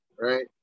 right